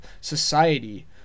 society